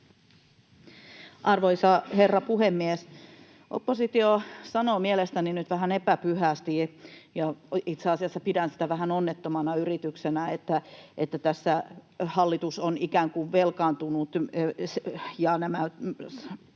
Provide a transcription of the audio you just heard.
Arvoisa herra puhemies! Oppositio sanoo mielestäni nyt vähän epäpyhästi — ja itse asiassa pidän sitä vähän onnettomana yrityksenä — että tässä hallitus on ikään kuin velkaantunut ja on